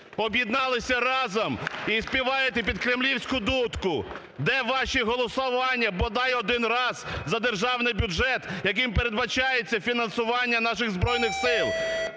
Об'єдналися разом і співаєте під кремлівську дудку. (Оплески) Де ваші голосування бодай один раз за державний бюджет, яким передбачається фінансування наших Збройних Сил